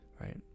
right